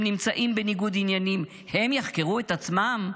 הם נמצאים בניגוד עניינים, הם יחקרו את עצמם?